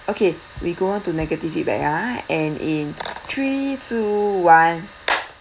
okay we go on to negative feedback ah and in three two one